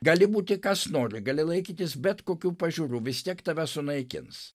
gali būti kas nori gali laikytis bet kokių pažiūrų vis tiek tave sunaikins